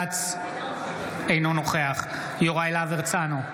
אינו נוכח יוראי להב הרצנו,